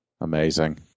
Amazing